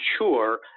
mature